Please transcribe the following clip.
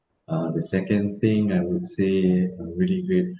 uh the second thing I would say I really grate~